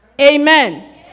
Amen